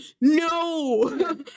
no